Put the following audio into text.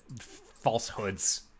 falsehoods